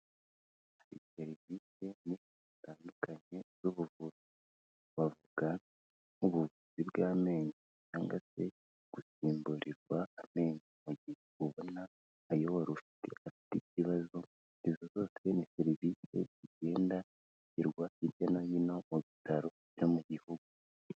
Bafite serivise nynshi zitandukanye z'ubuvuzi wavuga nk'ubuvuzi bw'amenyo cyangwa se gusimburirwa amenyo, mu gihe ubona ayo wari ufite afite ikibazo, izo zose ni serivisi zigenda zitangwa hirya no hino mu bitaro byo mu gihugu.